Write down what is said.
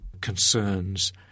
concerns